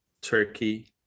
Turkey